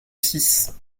six